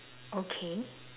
okay